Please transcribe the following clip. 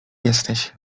jesteś